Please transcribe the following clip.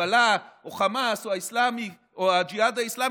חיזבאללה או חמאס או הג'יהאד האסלאמי,